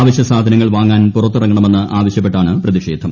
അവശൃ സാധനങ്ങൾ വാങ്ങാൻ പുറത്തിറങ്ങണമെന്ന് ആവശ്യപ്പെട്ടാണ് പ്രതിഷേധം